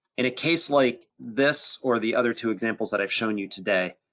in a case like this, or the other two examples that i've shown you today,